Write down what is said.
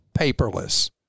paperless